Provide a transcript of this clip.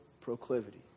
proclivity